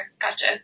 Gotcha